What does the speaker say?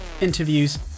interviews